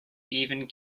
even